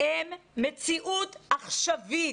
זאת מציאות עכשווית.